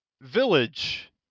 Village